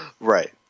Right